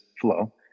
flow